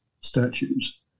statues